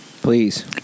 Please